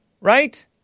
right